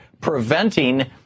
preventing